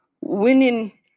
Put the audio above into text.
winning